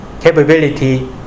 capability